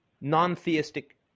non-theistic